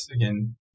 again